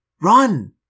Run